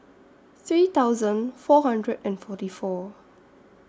three thousand four hundred and forty four